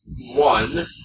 one